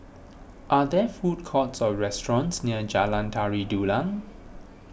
are there food courts or restaurants near Jalan Tari Dulang